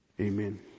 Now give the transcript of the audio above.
Amen